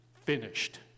finished